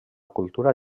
cultura